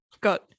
got